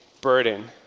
burden